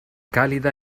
cálida